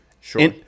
Sure